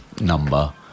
number